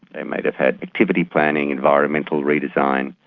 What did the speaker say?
they may have had activity planning, environmental redesign,